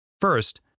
First